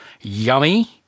yummy